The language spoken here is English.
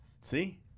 See